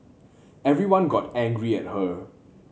everyone got angry at her